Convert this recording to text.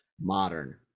modern